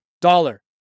dollar